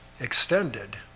extended